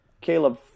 Caleb